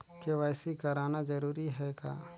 KYC कराना जरूरी है का?